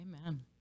amen